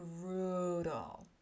brutal